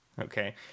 Okay